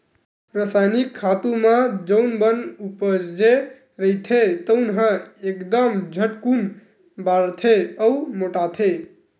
रसायनिक खातू म जउन बन उपजे रहिथे तउन ह एकदम झटकून बाड़थे अउ मोटाथे